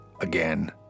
again